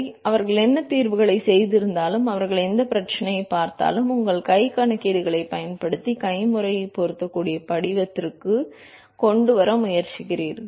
எனவே அவர்கள் என்ன தீர்வுகளைச் செய்திருந்தாலும் அவர்கள் எந்த பிரச்சனைகளைப் பார்த்தாலும் உங்கள் கைக் கணக்கீடுகளைப் பயன்படுத்தி கைமுறையாகப் பொருந்தக்கூடிய படிவத்திற்குக் கொண்டு வர முயற்சிக்கிறார்கள்